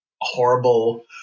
horrible